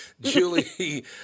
Julie